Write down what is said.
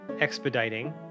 expediting